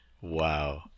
Wow